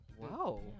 Wow